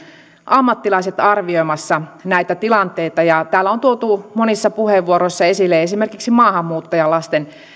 ammattilaiset arvioimassa näitä tilanteita täällä on tuotu monissa puheenvuoroissa esille esimerkiksi maahanmuuttajalasten